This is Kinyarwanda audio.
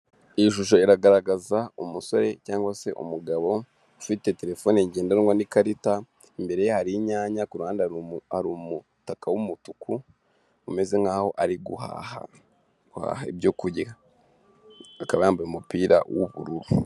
Iyi shusho iragaragaza umusore cyangwa se umugabo ufite telefone ngendanwa n'ikarita imbere ye hari inyanya kuruhande ari umutaka w'umutuku umeze nkaho ari guhaha ibyo kurya akaba yambaye umupira w'ubururu.